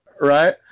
Right